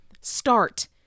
Start